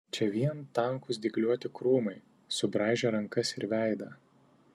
čia vien tankūs dygliuoti krūmai subraižę rankas ir veidą